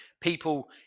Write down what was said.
people